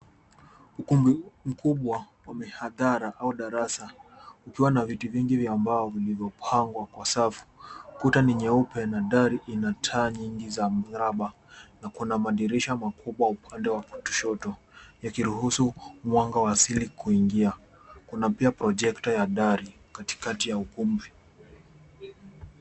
Ukumbi mkubwa wa mihadhara au darasa ukiwa na viti vingi vya mbao vilivyopangwa kwa safu. Kuta ni nyeupe na dari ina taa nyingi za mraba na kuna madirisha makubwa upande wa kushoto yakiruhusu mwanga wa asili kuingia. Kuna pia projecta ya dari katikati ya ukumbi.